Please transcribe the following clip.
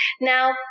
Now